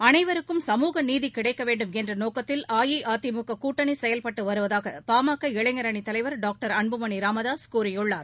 அனைவருக்கும் சமூக நீதி கிடைக்க வேண்டும் என்ற நோக்கத்தில் அஇஅதிமுக கூட்டணி செயல்பட்டு வருவதாக பா ம க இளைஞர் அணித்தலைவர் டாக்டர் அன்புமணி ராமதாஸ் கூறியுள்ளார்